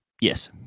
Yes